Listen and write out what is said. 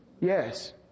yes